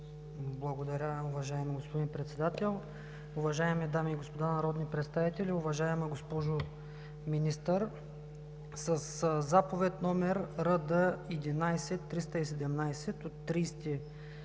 Благодаря Ви, уважаеми господин Председател. Уважаеми дами и господа народни представители! Уважаема госпожо Министър, със Заповед № РД 11-317 от 30